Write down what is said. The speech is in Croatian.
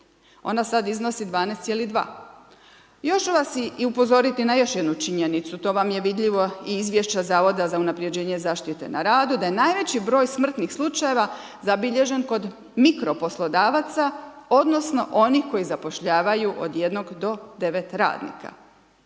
Ona sada iznosi 12,2. Još ću vas upozoriti na još jednu činjenicu. To vam je vidljivo iz izvješća Zavoda za unapređenje zaštite na radu da je najveći broj smrtnih slučajeva zabilježen kod mikroposlodavaca odnosno onih koji zapošljavaju od 1 do 9 radnika.